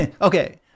okay